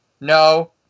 no